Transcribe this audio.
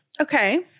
Okay